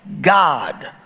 God